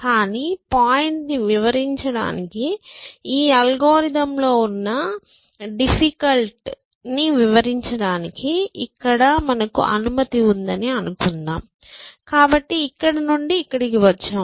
కానీ పాయింట్ను వివరించడానికి ఈ అల్గోరిథం లో ఉన్న కష్టాన్ని వివరించడానికి ఇక్కడ మనకు అనుమతి ఉందని అనుకుందాం కాబట్టి ఇక్కడ నుండి ఇక్కడికి వచ్చాము